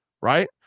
Right